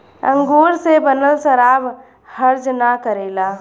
अंगूर से बनल शराब हर्जा ना करेला